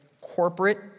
corporate